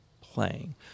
playing